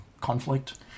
conflict